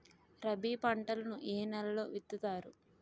రబీ పంటలను ఏ నెలలో విత్తుతారు?